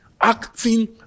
acting